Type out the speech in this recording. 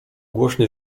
głośny